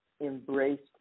embraced